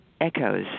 echoes